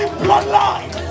bloodline